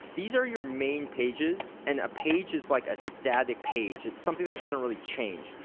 these are your main pages and a page is like a static page. it's something that doesn't really change.